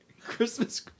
Christmas